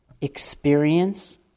experience